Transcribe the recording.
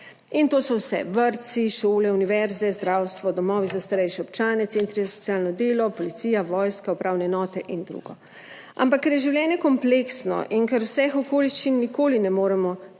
(Nadaljevanje) vrtci, šole, univerze, zdravstvo, domovi za starejše občane, centri za socialno delo, policija, vojska, upravne enote in drugo. Ampak ker je življenje kompleksno in ker vseh okoliščin nikoli ne moremo